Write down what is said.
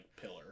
pillar